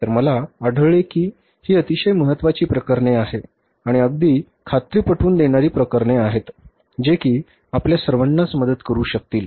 तर मला आढळले की ही अतिशय महत्वाची प्रकरणे आहे आणि अगदी खात्री पटवून देणारी प्रकरणे आहेत जे कि आपल्या सर्वांनाच मदत करू शकतील